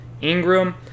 Ingram